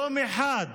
יום אחד.